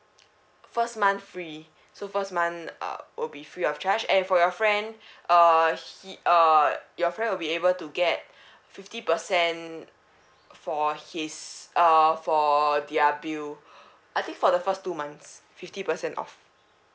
first month free so first month uh will be free of charge and for your friend uh he uh your friend will be able to get fifty percent for his uh for their bill I think for the first two months fifty percent off